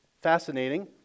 fascinating